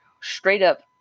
straight-up